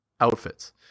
outfits